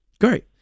Great